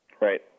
Right